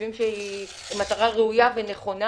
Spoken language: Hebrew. חושבים שהיא מטרה ראויה ונכונה.